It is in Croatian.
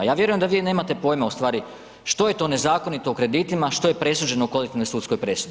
Ja vjerujem da vi nemate pojma ustvari što je to nezakonito u kreditima, što je presuđeno u kolektivnoj sudskoj presudi.